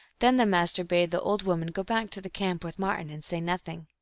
then the master bade the old woman go back to the camp with martin, and say nothing.